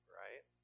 right